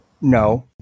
No